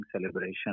celebration